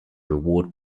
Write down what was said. reward